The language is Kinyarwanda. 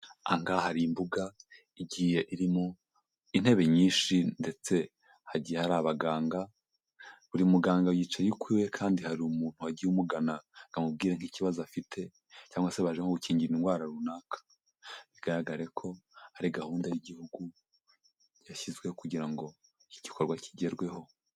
Aha ngaha hari imbuga igiye irimo intebe nyinshi ndetse hagiye hari abaganga, buri muganga yicaye ukw'iwe kandi hari umuntu wagiye umugana ngo amubwire nk'ikibazo afite, cyangwase baje nko gukingira indwara runaka, bigaragare ko hari gahunda y'igihugu yashyizwe kugira ngo iki gikorwa kigerweho.